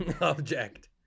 Object